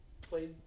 played